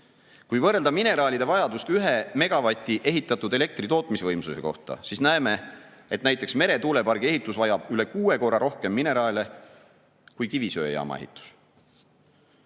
Kui võrrelda mineraalide vajadust ühe megavati ehitatud elektritootmisvõimsuse kohta, siis näeme, et näiteks meretuulepargi ehitus vajab üle kuue korra rohkem mineraale kui kivisöejaama ehitus.